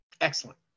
Excellent